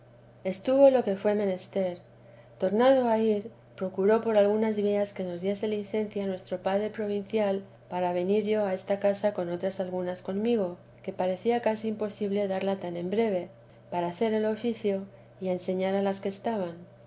estuvo lo que fué menester tornado a ir procuró por algunas vías que nos diese licencia nuestro padre provincial para venir yo a esta casa con otras algunas conmigo que parecía casi imposible darla tan en breve para hacer el oficio y enseñar a las que estaban